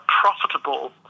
profitable